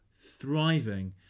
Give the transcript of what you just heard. thriving